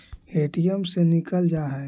ATM से निकल जा है?